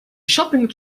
shopping